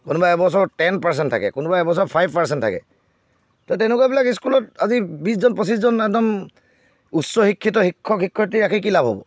কোনোবা এবছৰ ten percent থাকে কোনোবা এবছৰ ফাইভ পাৰ্চেণ্ট থাকে ত' তেনেকুৱাবিলাক স্কুলত আজি বিশজন পঁচিছজন একদম উচ্চ শিক্ষিত শিক্ষক শিক্ষয়ত্ৰী ৰাখি কি লাভ হ'ব